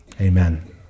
Amen